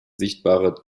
sichtbare